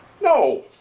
No